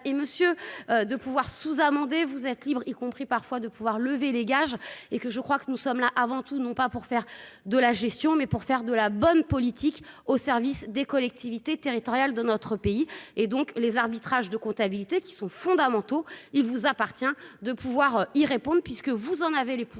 et monsieur de pouvoir sous-amender, vous êtes libre, y compris parfois de pouvoir lever les gages et que je crois que nous sommes là, avant tout, non pas pour faire de la gestion, mais pour faire de la bonne politique au service des collectivités territoriales de notre pays et donc les arbitrages de comptabilité qui sont fondamentaux, il vous appartient de pouvoir y répondre puisque vous en avez les pouvoirs